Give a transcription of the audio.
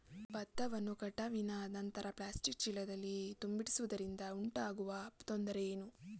ಭತ್ತವನ್ನು ಕಟಾವಿನ ನಂತರ ಪ್ಲಾಸ್ಟಿಕ್ ಚೀಲಗಳಲ್ಲಿ ತುಂಬಿಸಿಡುವುದರಿಂದ ಉಂಟಾಗುವ ತೊಂದರೆ ಏನು?